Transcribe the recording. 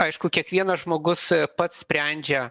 aišku kiekvienas žmogus pats sprendžia